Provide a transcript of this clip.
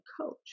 coach